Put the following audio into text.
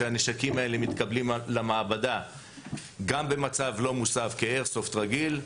שהנשקים האלה מתקבלים למעבדה גם במצב לא מוסב כאיירסופט רגיל,